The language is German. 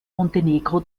montenegro